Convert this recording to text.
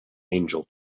angel